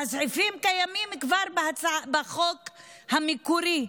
והסעיפים קיימים כבר בחוק המקורי.